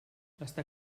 està